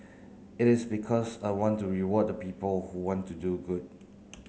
it is because I want to reward the people who want to do good